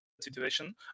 situation